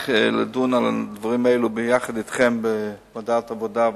לדון על הדברים האלה יחד אתכם בוועדת העבודה,